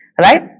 Right